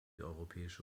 europäische